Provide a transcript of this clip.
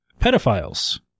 pedophiles